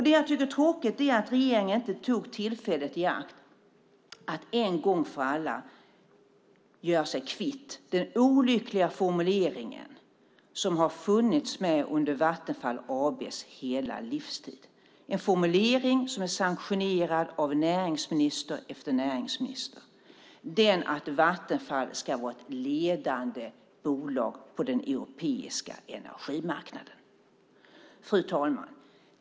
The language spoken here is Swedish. Det jag tycker är tråkigt är att regeringen inte tog tillfället i akt att en gång för alla göra sig kvitt den olyckliga formulering som har funnits med under Vattenfall AB:s hela livstid, en formulering som är sanktionerad av näringsminister efter näringsminister, att Vattenfall ska vara ett ledande bolag på den europeiska energimarknaden. Fru talman!